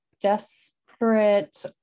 desperate